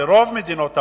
שרוב מדינות העולם,